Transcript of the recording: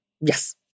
Yes